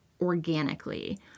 organically